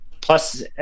plus